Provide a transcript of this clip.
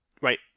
right